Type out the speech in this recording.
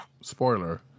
spoiler